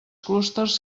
clústers